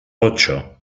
ocho